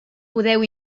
podeu